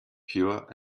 pure